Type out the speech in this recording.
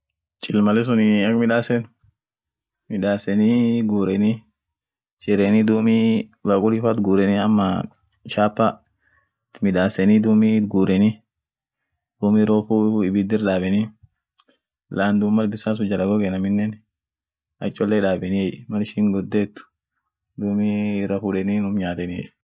aiscreem anenin kashinjir bisanum kanan arereni rawoteni dum firiza waat kabd kasdabde dum malishin yetet woishin anen hiitein wondibiinen itana borbadeni kaam diko wonisunen itanan wot kabde wonisunen wotjabesite yete diko lallaftet unum nyatenie dum wo anen hiitein wom dibi dikolallafisit borbad itbusen